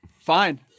fine